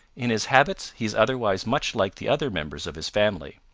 in his habits he is otherwise much like the other members of his family.